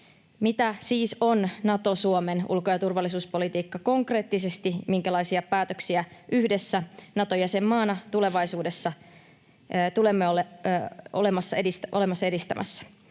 mitä siis on Nato-Suomen ulko- ja turvallisuuspolitiikka konkreettisesti, minkälaisia päätöksiä yhdessä Nato-jäsenmaana tulevaisuudessa olemme edistämässä.